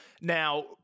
Now